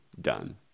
done